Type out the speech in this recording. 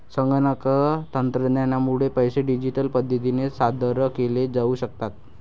संगणक तंत्रज्ञानामुळे पैसे डिजिटल पद्धतीने सादर केले जाऊ शकतात